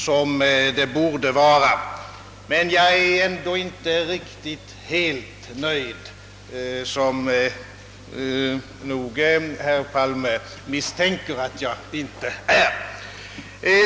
Ändå är jag inte helt nöjd, vilket nog herr Palme har misstänkt att jag inte är.